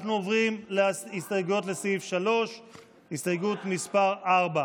אנחנו עוברים להסתייגויות לסעיף 3. הסתייגות מס' 4,